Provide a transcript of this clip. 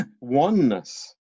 oneness